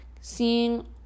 seeing